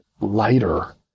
lighter